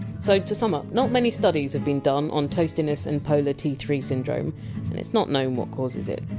so, to sum up not many studies have been done on toastiness and polar t three syndrome, and it's not known what causes it.